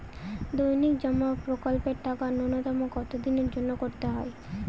দৈনিক জমা প্রকল্পের টাকা নূন্যতম কত দিনের জন্য করতে হয়?